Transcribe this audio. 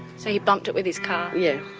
so he bumped it with his car? yeah.